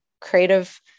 creative